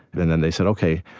and then they said, ok,